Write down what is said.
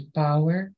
power